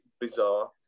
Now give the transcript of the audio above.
bizarre